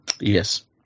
Yes